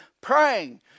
praying